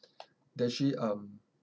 they actually um